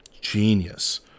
Genius